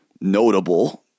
notable